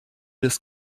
des